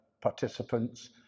participants